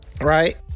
right